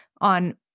on